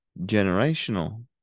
generational